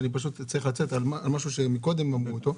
אני פשוט צריך לצאת על מה שקודם אמרו כאן.